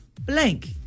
blank